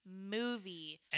movie